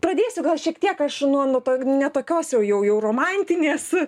pradėsiu gal šiek tiek aš nuo nuo ne tokios jau jau jau romantinės